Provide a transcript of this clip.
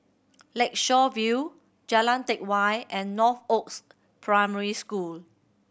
Lakeshore View Jalan Teck Whye and Northoaks Primary School